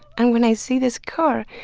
and when i see this card,